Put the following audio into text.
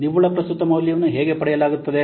ನಿವ್ವಳ ಪ್ರಸ್ತುತ ಮೌಲ್ಯವನ್ನು ಹೇಗೆ ಪಡೆಯಲಾಗುತ್ತದೆ